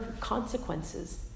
consequences